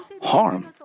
harm